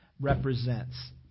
represents